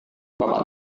bapak